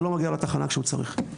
ולא מגיע לתחנה כשהוא צריך.